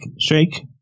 shake